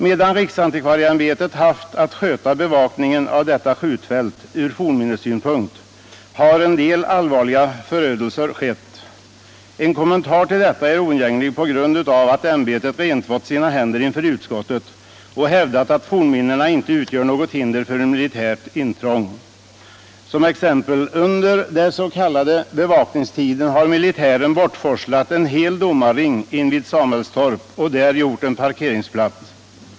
Medan riksantikvarieämbetet haft att sköta bevakningen av detta skjutfält från fornminnessynpunkt har en del allvarlig förödelse skett. En kommentar till detta är oundgänglig på grund av att ämbetet tvått sina händer inför utskottet och hävdat att fornminnena inte utgör något hinder för militärens intrång. Jag vill ge följande exempel. Under den s.k. bevakningstiden har militären bortforslat en hel domarring invid Samuelstorp och där gjort en parkeringsplats.